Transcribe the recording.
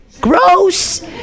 Gross